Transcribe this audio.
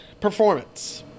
performance